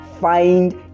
find